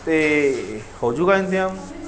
ਅਤੇ ਹੋਜੂਗਾ ਇੰਤਜ਼ਾਮ